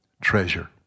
treasure